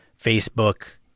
Facebook